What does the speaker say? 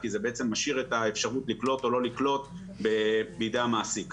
כי זה בעצם משאיר את האפשרות לקלוט או לא לקלוט בידי המעסיק.